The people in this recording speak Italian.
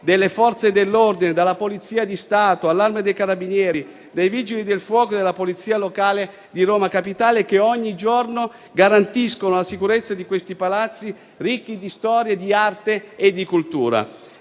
delle Forze dell'ordine, dalla Polizia di Stato all'Arma dei carabinieri, ai Vigili del fuoco e alla Polizia locale di Roma Capitale, che ogni giorno garantiscono la sicurezza di questi Palazzi ricchi di storia, di arte e di cultura.